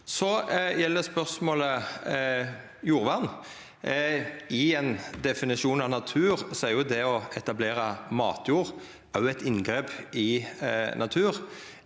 Så gjeld spørsmålet jordvern. I ein definisjon av natur er det å etablera matjord òg eit inngrep i natur.